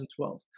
2012